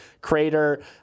crater